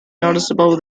noticeable